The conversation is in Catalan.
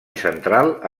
central